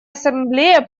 ассамблея